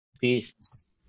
Peace